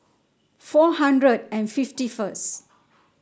four hundred and fifty first